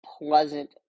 pleasant